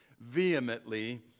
vehemently